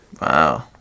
Wow